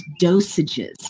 dosages